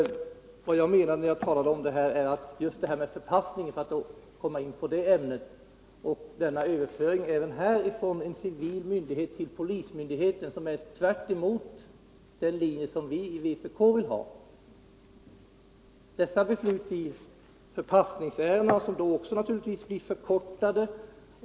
Men överförandet av beslutanderätten i förpassningsärenden från civil myndighet till polismyndighet går tvärt emot vpk:s linje. Väntetiderna i förpassningsärenden skall också bli kortare.